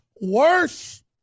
worse